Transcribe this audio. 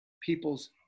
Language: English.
people's